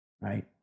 Right